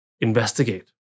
Investigate